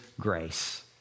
grace